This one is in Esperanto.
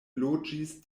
loĝis